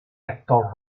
actor